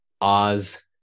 Oz